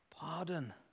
Pardon